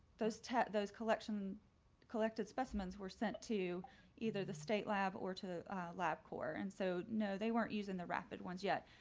those ten those collection collected specimens were sent to either the state lab or to the lab core and so no, they weren't using the rapid ones yet.